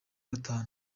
gatanu